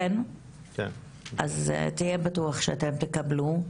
אז תהיה בטוח שאתם תקבלו.